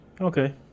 okay